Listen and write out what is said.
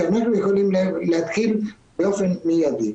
שאנחנו יכולים להתחיל באופן מיידי.